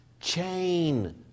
chain